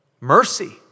mercy